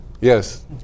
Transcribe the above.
Yes